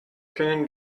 können